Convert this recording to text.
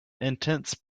intense